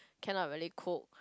cannot really cook